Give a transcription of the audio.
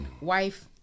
Wife